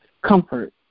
comfort